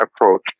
approach